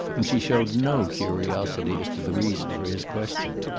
and she showed no curiosity as to the reason for his question.